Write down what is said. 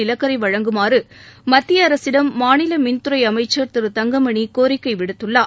நிலக்கரி வழங்குமாறு மத்திய அரசிடம் மாநில மின்துறை அமைச்சர் திரு தங்கமணி கோரிக்கை விடுத்துள்ளார்